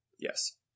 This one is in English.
Yes